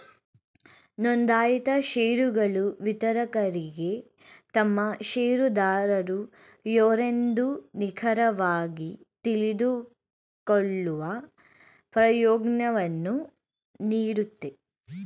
ನೊಂದಾಯಿತ ಶೇರುಗಳು ವಿತರಕರಿಗೆ ತಮ್ಮ ಶೇರುದಾರರು ಯಾರೆಂದು ನಿಖರವಾಗಿ ತಿಳಿದುಕೊಳ್ಳುವ ಪ್ರಯೋಜ್ನವನ್ನು ನೀಡುತ್ತೆ